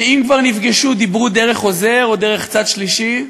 שאם כבר נפגשו הם דיברו דרך עוזר או דרך צד שלישי.